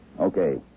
Okay